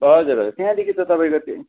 हजुर हजुर त्यहाँदेखि त तपाईँको त्यो